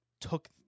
took